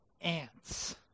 ants